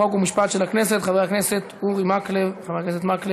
חוק ומשפט של הכנסת, חבר הכנסת אורי מקלב.